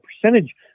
percentage